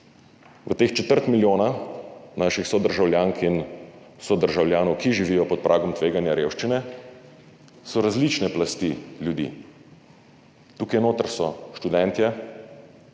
V teh četrt milijona naših sodržavljank in sodržavljanov, ki živijo pod pragom tveganja revščine, so različne plasti ljudi. Tukaj notri so študentje,